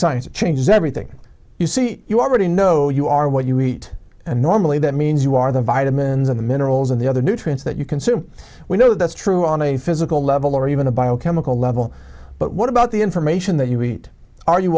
science it changes everything you see you already know you are what you eat and normally that means you are the vitamins and minerals and the other nutrients that you consume we know that's true on a physical level or even a biochemical level but what about the information that you need ar